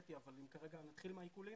שהעליתי אבל אני מתחיל מנושא העיקולים.